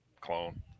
clone